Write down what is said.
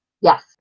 yes